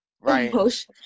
Right